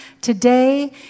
today